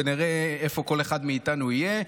ונראה איפה כל אחד מאיתנו יהיה.